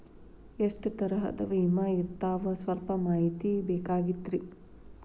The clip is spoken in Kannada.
ಎಷ್ಟ ತರಹದ ವಿಮಾ ಇರ್ತಾವ ಸಲ್ಪ ಮಾಹಿತಿ ಬೇಕಾಗಿತ್ರಿ